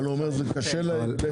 הוא אומר שזה קשה להם לאכוף את זה.